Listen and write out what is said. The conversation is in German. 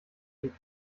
wie